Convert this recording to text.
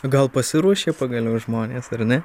gal pasiruošė pagaliau žmonės ar ne